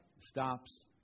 stops